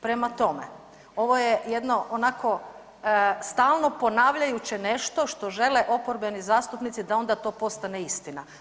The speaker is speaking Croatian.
Prema tome, ovo je jedno onako stalno ponavljajuće nešto što žele oporbeni zastupnici da onda to postane istina.